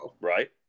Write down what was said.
right